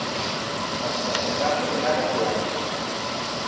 ᱟᱪᱪᱷᱟ ᱟᱪᱪᱷᱟ ᱧᱟᱢ ᱫᱚᱯᱮ ᱧᱟᱢᱮᱫ ᱜᱮᱭᱟ